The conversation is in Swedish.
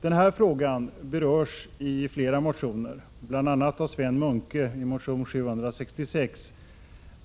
Den här frågan berörs i flera motioner, bl.a. i motion 766 av Sven Munke,